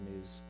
news